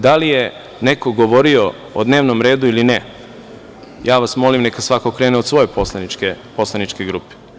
Da li je neko govorio o dnevnom redu ili ne, ja vas molim neka svako krene od svoje poslaničke grupe.